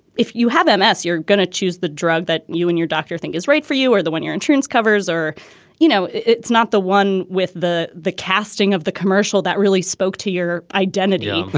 if you have m s, you're going to choose the drug that you and your doctor think is right for you or the one your insurance covers or you know, it's not the one with the the casting of the commercial that really spoke to your identity. um